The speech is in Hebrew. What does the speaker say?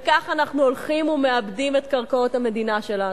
וכך אנחנו הולכים ומאבדים את קרקעות המדינה שלנו.